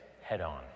head-on